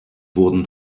wurden